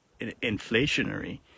inflationary